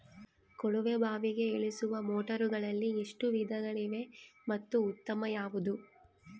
ಕೊಳವೆ ಬಾವಿಗೆ ಇಳಿಸುವ ಮೋಟಾರುಗಳಲ್ಲಿ ಎಷ್ಟು ವಿಧಗಳಿವೆ ಮತ್ತು ಉತ್ತಮ ಯಾವುದು?